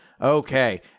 Okay